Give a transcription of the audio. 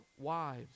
wives